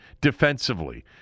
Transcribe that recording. defensively